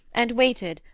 and waited,